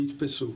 לגופו.